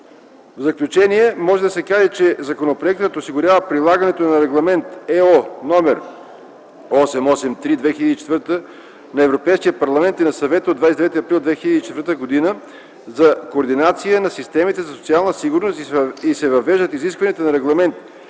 В заключение може да се каже, че законопроектът осигурява прилагането на Регламент (EО) № 883/2004 на Европейския парламент и на Съвета от 29 април 2004 г. за координация на системите за социална сигурност и се въвеждат изискванията на Регламент (ЕИО,